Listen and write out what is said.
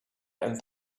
and